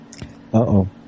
Uh-oh